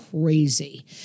crazy